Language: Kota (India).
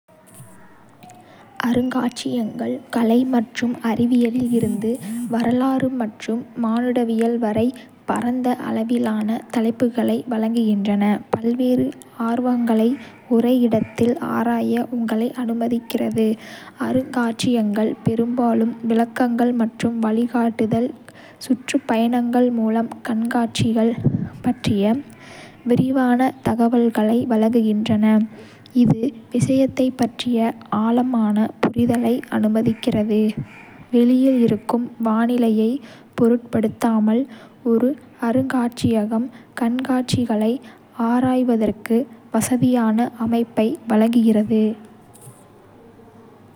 அருங்காட்சியகங்கள் கலை மற்றும் அறிவியலில் இருந்து வரலாறு மற்றும் மானுடவியல் வரை பரந்த அளவிலான தலைப்புகளை வழங்குகின்றன, பல்வேறு ஆர்வங்களை ஒரே இடத்தில் ஆராய உங்களை அனுமதிக்கிறது. அருங்காட்சியகங்கள் பெரும்பாலும் விளக்கங்கள் மற்றும் வழிகாட்டுதல் சுற்றுப்பயணங்கள் மூலம் கண்காட்சிகள் பற்றிய விரிவான தகவல்களை வழங்குகின்றன, இது விஷயத்தைப் பற்றிய ஆழமான புரிதலை அனுமதிக்கிறது. வெளியில் இருக்கும் வானிலையைப் பொருட்படுத்தாமல், ஒரு அருங்காட்சியகம் கண்காட்சிகளை ஆராய்வதற்கு வசதியான அமைப்பை வழங்குகிறது.